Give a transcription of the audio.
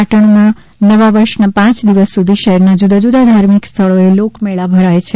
પાટણમાં નવા વર્ષથી પાંચ દિવસ સુધી શહેરના જુદાજુદા ધાર્મિક સ્થળોએ લોકમેળા ભરાય છે